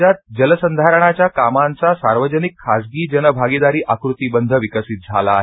राज्यात जलसंधारणाच्या कामांचा सार्वजनिक खासगी जन भागिदारी आकृतिबंध विकसित झाला आहे